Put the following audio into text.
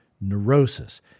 Neurosis